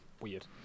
weird